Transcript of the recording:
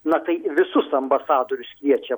na tai visus ambasadorius kviečia